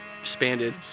expanded